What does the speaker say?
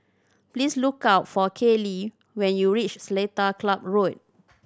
please look up for Kayli when you reach Seletar Club Road